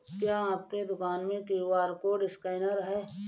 क्या आपके दुकान में क्यू.आर कोड स्कैनर है?